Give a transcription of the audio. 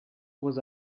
was